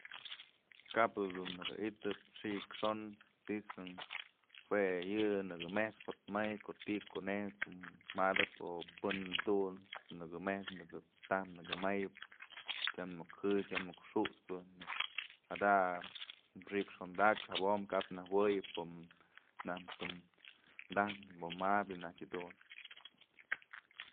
Kap jedun naka i'itëp xik xon tisën jue yë nëkë met'spë jotmay ko'o ti'ij konej dun jatëp o pën dun nëkë taj nëkë mayëp tyam muk jëbyë tyam muk xut'spë neyb jada xi'ik xondak jabom ka'ap nëjuëyem pëm najk dum taj pë mabyë najtyë jedun.